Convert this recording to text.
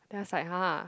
that's like !huh!